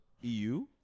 EU